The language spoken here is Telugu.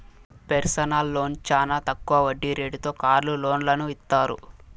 పెర్సనల్ లోన్ చానా తక్కువ వడ్డీ రేటుతో కారు లోన్లను ఇత్తారు